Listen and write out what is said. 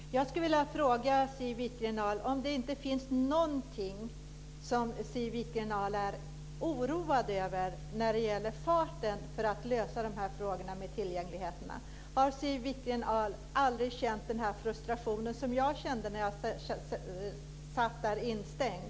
Fru talman! Jag skulle vilja fråga Siw Wittgren Ahl om det inte finns någonting som hon är oroad över när det gäller farten för att lösa frågorna om tillgänglighet. Har Siw Wittgren-Ahl aldrig känt den frustration som jag kände när jag satt instängd?